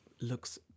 looks